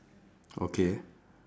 okay